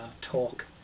talk